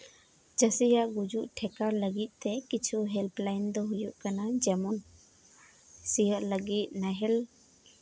ᱪᱟᱹᱥᱤᱭᱟᱜ ᱜᱩᱡᱩᱜ ᱴᱷᱮᱸᱠᱟᱣ ᱞᱟᱹᱜᱤᱫ ᱛᱮ ᱠᱤᱪᱷᱩ ᱦᱮᱞᱯ ᱞᱟᱭᱤᱱ ᱫᱚ ᱦᱩᱭᱩᱜ ᱠᱟᱱᱟ ᱡᱮᱢᱚᱱ ᱥᱤᱭᱳᱜ ᱞᱟᱹᱜᱤᱫ ᱱᱟᱦᱮᱞ